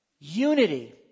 unity